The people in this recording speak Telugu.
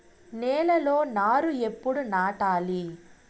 నేలలో నారు ఎప్పుడు నాటాలి?